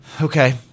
Okay